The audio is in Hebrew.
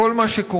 עם כל מה שקורה,